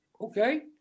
Okay